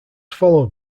followed